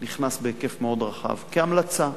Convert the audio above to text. נכנס בהיקף מאוד רחב כהמלצה,